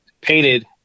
painted